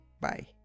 Bye